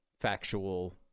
factual